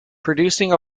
producing